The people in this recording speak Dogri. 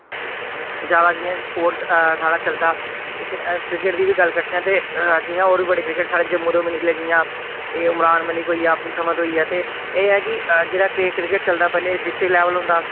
ज्यादा जि'यां स्पोर्ट्स साढ़ा चलदा ते फिर क्रिकेट दी बी गल्ल करचै ते जि'यां और बी बड़े क्रिकेट साढ़े जम्मू तो बी निकले जि'यां एह् उमरान मलिक होइया अब्दुल समद होइया ते एह् ऐ कि जेह्ड़ा क्रे क्रिकेट चलदा पैह्ले डिस्ट्रिक लैवल होंदा